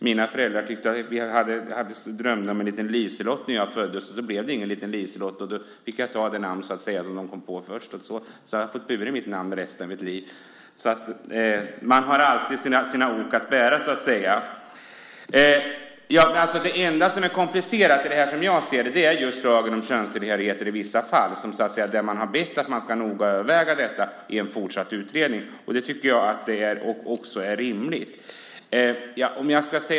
Mina föräldrar drömde om en liten Liselott när jag föddes. Sedan blev det ingen liten Liselott, och då fick jag det namn de kom på först. Sedan har jag fått bära mitt namn resten av mitt liv. Man har alltid sina ok att bära. Det enda som är komplicerat är lagen om fastställande av könstillhörighet i vissa fall. Man har bett om att frågan noga ska övervägas i en fortsatt utredning. Det är också rimligt.